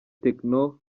tekno